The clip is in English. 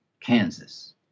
Kansas